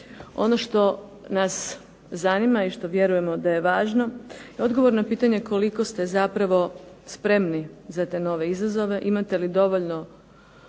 Ono što nas zanima i što vjerujemo da je važno je odgovor na pitanje koliko ste zapravo spremni za te nove izazove, imate li dovoljno